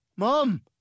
Mom